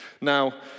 Now